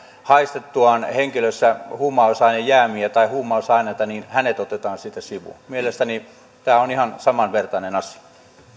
haistettua henkilössä huumausainejäämiä tai huumausaineita hänet otetaan siitä sivuun mielestäni tämä on ihan samanvertainen asia